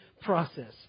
process